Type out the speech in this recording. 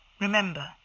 Remember